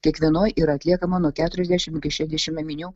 kiekvienoj yra atliekama nuo keturiasdešimt iki šešdešimt ėminių